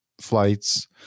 flights